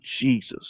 Jesus